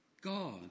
God